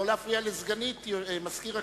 לא להפריע לסגנית מזכיר הכנסת.